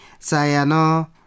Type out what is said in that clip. sayano